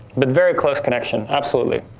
but very close connection, absolutely.